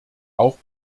auch